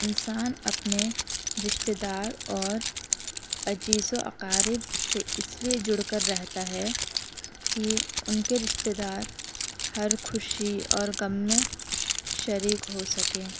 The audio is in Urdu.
انسان اپنے رشتے دار اور عزیز و اقارب سے اس لیے جڑ کر رہتا ہے کہ ان کے رشتے دار ہر خوشی اور غم میں شریک ہو سکیں